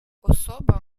особа